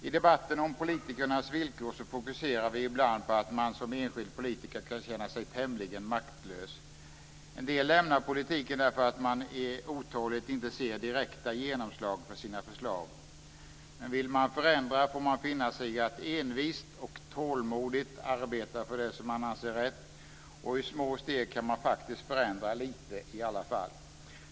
I debatten om politikernas villkor fokuserar vi ibland på att man som enskild politiker kan känna sig tämligen maktlös. En del lämnar politiken därför att man otåligt inte ser direkta genomslag för sina förslag. Men vill man förändra får man finna sig i att envist och tålmodigt arbeta för det som man anser är rätt, och i små steg kan man faktiskt förändra lite i alla fall.